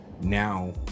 now